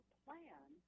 plan